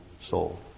soul